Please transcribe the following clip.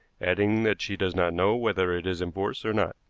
adding that she does not know whether it is in force or not.